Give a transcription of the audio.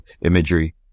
imagery